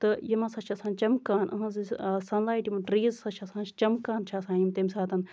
تہٕ یِم ہسا چھِ آسان چَمکان یِہنز یُس سَن لایِٹ یِم ٹریٖز ہسا چھِ آسان چَمکان چھِ آسان یِم تَمہِ ساتہٕ